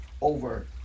over